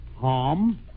Harm